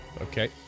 Okay